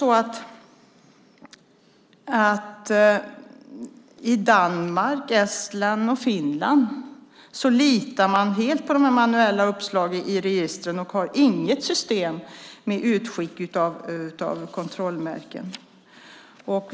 I Danmark, Estland och Finland litar man helt på de manuella uppslagen i registren och har inget system med utskick av kontrollmärken.